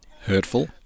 Hurtful